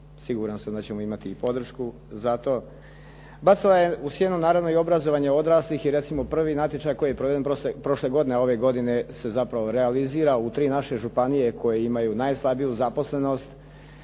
siguran sam da ćemo imati i podršku za to. Bacila je u sjenu naravno i obrazovanje odraslih i recimo prvi natječaj koji je proveden prošle godine a ove godine se zapravo realizira u tri naše županije koje imaju najslabiju zaposlenost,